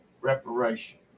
reparation